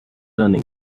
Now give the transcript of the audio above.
running